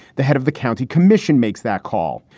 the head of the county commission makes that call.